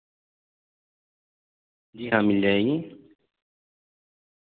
جی ہاں مل جائے گی